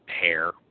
hair